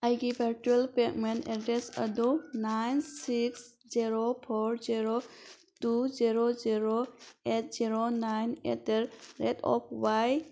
ꯑꯩꯒꯤ virtual payment address ꯑꯗꯨ nine six zero four zero two zero zero eight zero nine at the rate of Y